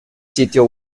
sitio